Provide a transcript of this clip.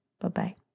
Bye-bye